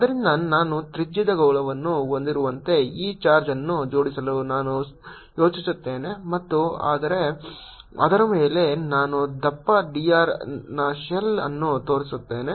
ಆದ್ದರಿಂದ ನಾನು ತ್ರಿಜ್ಯದ ಗೋಳವನ್ನು ಹೊಂದಿರುವಂತೆ ಈ ಚಾರ್ಜ್ ಅನ್ನು ಜೋಡಿಸಲು ನಾನು ಯೋಚಿಸುತ್ತೇನೆ ಮತ್ತು ಅದರ ಮೇಲೆ ನಾನು ದಪ್ಪ d r ನ ಶೆಲ್ ಅನ್ನು ತರುತ್ತೇನೆ